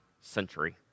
century